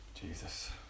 Jesus